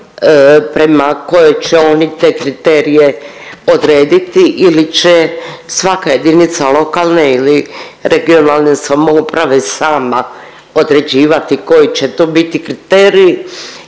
prema kojoj će oni te kriterije odrediti ili će svaka jedinica lokalne ili regionalne samouprave sama određivati koji će to biti kriteriji